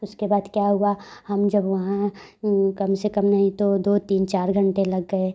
उसके बाद क्या हुआ हम जब वहाँ कम से कम नहीं तो दो तीन चार घंटे लग गए